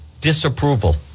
disapproval